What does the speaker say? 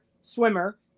swimmer